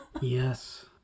Yes